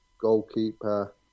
goalkeeper